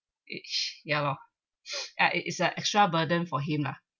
each ya lor ya it is a extra burden for him lah